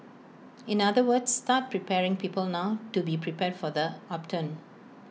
in other words start preparing people now to be prepared for the upturn